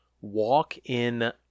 walk-in